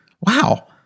Wow